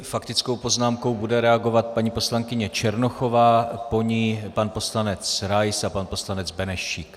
S faktickou poznámkou bude reagovat paní poslankyně Černochová, po ní pan poslanec Rais a pan poslanec Benešík.